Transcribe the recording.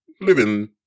Living